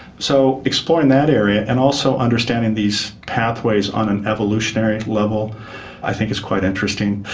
so exploring that area and also understanding these pathways on an evolutionary level i think is quite interesting.